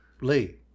Lee